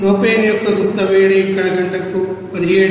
propane యొక్క గుప్త వేడి ఇక్కడ గంటకు 17611